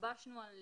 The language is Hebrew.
התלבשנו על